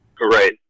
Right